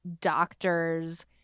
doctors